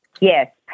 yes